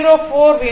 04 வினாடி ஆகும்